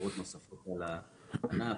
ואגרות נוספות על הענף.